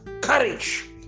courage